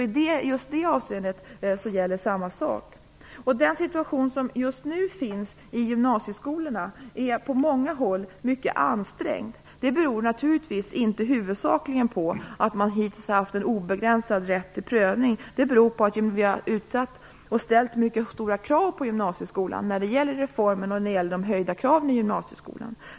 I just det avseendet gäller samma sak. Situationen är mycket ansträngd på många håll i gymnasieskolan. Det beror naturligtvis inte huvudsakligen på att man hittills har haft en obegränsad rätt till prövning, utan det beror på att vi har ställt mycket stora krav på gymnasieskolan när det gäller reformen och de höjda kraven i gymnasieskolan.